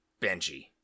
Benji